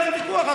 ויכוח.